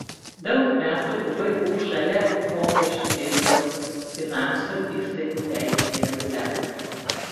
daug metų vu šalia mokesčių dėstau finansų įstaigų teisinį reguliavimą